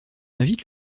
invite